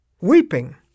Weeping